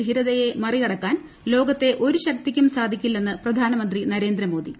ധീരതയെ മറികടക്കാൻ ലോകത്തെ ഒരു ശക്തിക്കും സാധിക്കില്ലെന്ന് പ്രധാനമന്ത്രി നരേന്ദ്ര മോദി